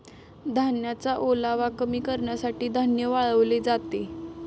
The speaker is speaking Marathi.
धान्याचा ओलावा कमी करण्यासाठी धान्य वाळवले जाते